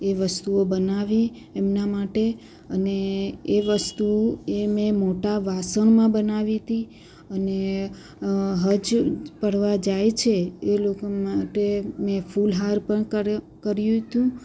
એ વસ્તુઓ બનાવી એમના માટે અને એ વસ્તુ એ મેં મોટાં વાસણમાં બનાવી હતી અને હજ કરવા જાય છે એ લોકો માટે મેં ફૂલહાર પણ કર કર્યું હતું